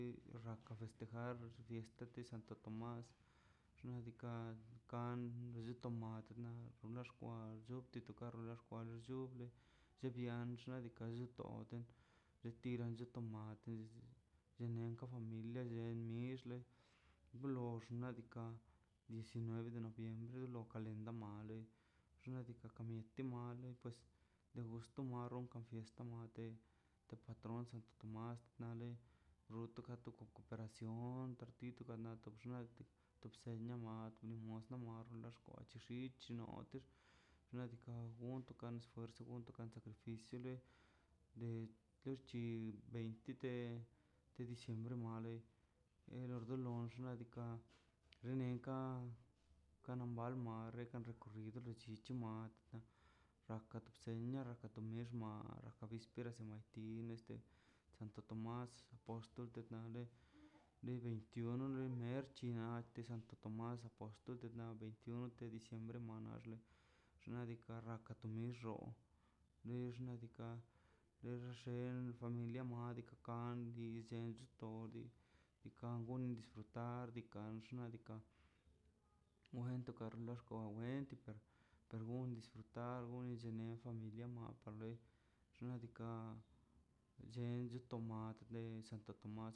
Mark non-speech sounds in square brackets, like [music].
Le raka festejar fiesta de santo tomas xnaꞌ diikaꞌ kan lolla tomaax wan cho te tu carro lo xkwal chuu che bian xnaꞌ diikaꞌ tode de tiran na chomate te nenka familia en mixle blox xnaꞌ diikaꞌ diecinueve de noviembre lo calenda male xnaꞌ diikaꞌ ka mieti mal pues le gusto maro le fiesta mate te patron santo tomas nale ruto to koperación tantit xiona to bsena miadi mos la rmali te xich moti xnaꞌ diikaꞌ gonto esfuerzə gonto to sacrifio le le lox chi veinti de diciembre male do lo xnaꞌ diikaꞌ [noise] xneka kalo manba reka recorrido llichi matema rakat bsenia rakat to mix ma abisperas de santo tomas por sti ta nale [hesitation] li veintiuno nerch china de santo tomas apoxtol veintiuno de diciembre xnaꞌ diikaꞌ ka to tu mix roo lei xnaꞌ diikaꞌ len xe familia moo madika kan li lillench to li diikan gon disfrutar kon ikan xnaꞌ diikaꞌ mojanto lika xkolen tika par gon disfrutar gonlle familia mat por loi xnaꞌ diikaꞌ to chencho to mali santo tomas